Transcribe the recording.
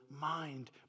mind